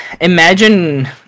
imagine